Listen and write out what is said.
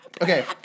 Okay